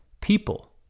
people